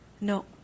No